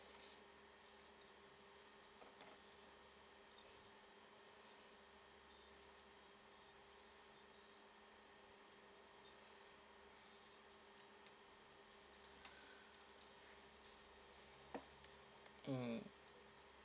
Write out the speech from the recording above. mm